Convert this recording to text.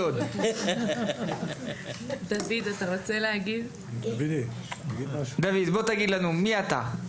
דויד, בוא תגיד לנו מי אתה.